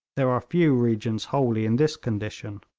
there are few regions wholly in this condition.